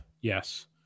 yes